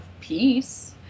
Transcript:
peace